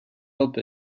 help